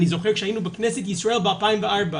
אני זוכר כשהיינו בכנסת ישראל ב-2004,